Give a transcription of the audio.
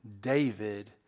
David